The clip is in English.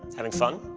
having fun?